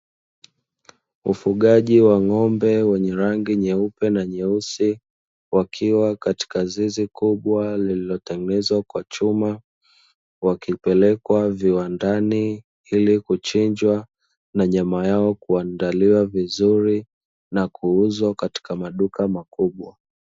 Ufugaji wa ng'ombe wenye rangi nyeupe na nyeusi, wakiwa katika zizi kubwa lililotengezwa kwa chuma, wakipelekwa viwandani ili kuchinjwa, na nyama yao kuandaliwa vizuri na kuuzwa katika maduka makubwa.